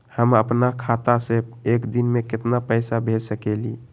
हम अपना खाता से एक दिन में केतना पैसा भेज सकेली?